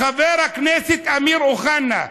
חבר הכנסת אמיר אוחנה,